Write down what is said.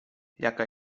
jaka